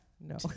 No